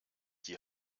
die